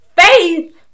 faith